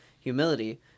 humility